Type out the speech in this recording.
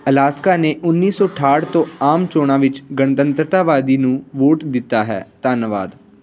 Alaska ਨੇ ਉੱਨੀ ਸੌ ਅਠਾਹਠ ਤੋਂ ਆਮ ਚੋਣਾਂ ਵਿੱਚ ਗਣਤੰਤਰਵਾਦੀ ਨੂੰ ਵੋਟ ਦਿੱਤਾ ਹੈ ਧੰਨਵਾਦ